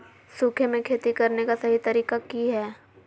सूखे में खेती करने का सही तरीका की हैय?